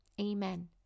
amen